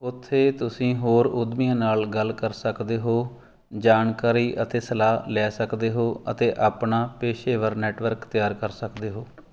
ਉੱਥੇ ਤੁਸੀਂ ਹੋਰ ਉੱਦਮੀਆਂ ਨਾਲ ਗੱਲ ਕਰ ਸਕਦੇ ਹੋ ਜਾਣਕਾਰੀ ਅਤੇ ਸਲਾਹ ਲੈ ਸਕਦੇ ਹੋ ਅਤੇ ਆਪਣਾ ਪੇਸ਼ੇਵਰ ਨੈੱਟਵਰਕ ਤਿਆਰ ਕਰ ਸਕਦੇ ਹੋ